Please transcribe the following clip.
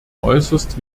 äußerst